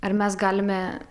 ar mes galime